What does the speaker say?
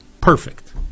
perfect